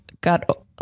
got